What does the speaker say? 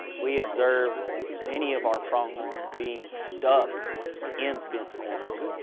we observed many of our pronghorn being stuck in fence corners.